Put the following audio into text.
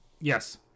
Yes